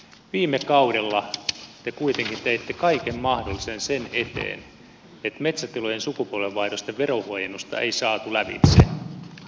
viime kaudella te kuitenkin teitte kaiken mahdollisen sen eteen että metsätilojen sukupolvenvaihdosten veronhuojennusta ei saatu lävitse vaikka te istuitte hallituksessa